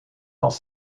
dans